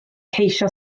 ceisio